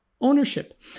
ownership